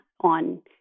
on